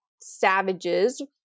savages